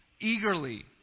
eagerly